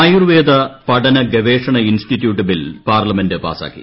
ആയുർവ്വേദ പഠന ഗവേഷണ institute bill parliament പാസ്സാക്കി